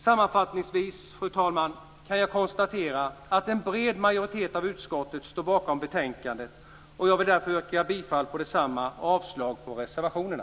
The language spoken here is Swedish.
Sammanfattningsvis, fru talman, kan jag konstatera att en bred majoritet av utskottet står bakom betänkandet. Jag vill därför yrka bifall till dess hemställan och avslag på reservationerna.